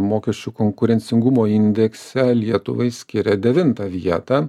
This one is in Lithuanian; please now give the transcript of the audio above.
mokesčių konkurencingumo indekse lietuvai skiria devintą vietą